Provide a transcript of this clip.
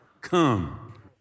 come